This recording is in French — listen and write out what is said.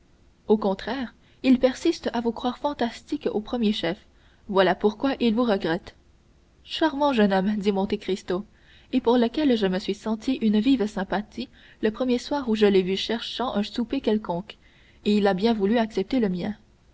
au contraire il persiste à vous croire fantastique au premier chef voilà pourquoi il vous regrette charmant jeune homme dit monte cristo et pour lequel je me suis senti une vive sympathie le premier soir où je l'ai vu cherchant un souper quelconque et il a bien voulu accepter le mien